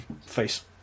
Face